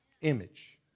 Image